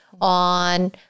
on